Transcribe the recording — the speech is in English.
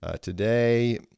today